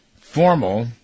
formal